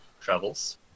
travels